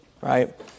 right